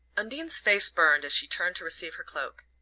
undine's face burned as she turned to receive her cloak.